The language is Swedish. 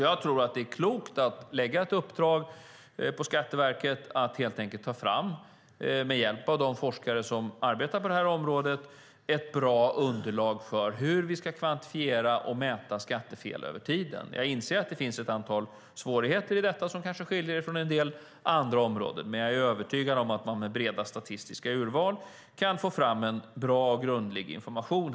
Jag tror att det är klokt att lägga ett uppdrag på Skatteverket att helt enkelt, med hjälp av de forskare som arbetar på området, ta fram ett bra underlag för hur vi ska kvantifiera och mäta skattefel över tiden. Jag inser att det finns ett antal svårigheter i detta som kanske skiljer det från en del andra områden, men jag är övertygad om att man med breda statistiska urval kan få fram en bra och grundlig information.